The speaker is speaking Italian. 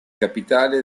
capitale